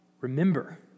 remember